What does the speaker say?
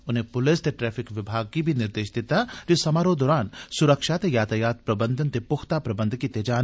उनें पुलस ते ट्रैफिक विभाग गी बी निर्देष दित्ता जे समारोह दरान सुरक्षा ते यातायात प्रबंधन दे पुख्ता प्रबंध कीते जान